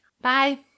Bye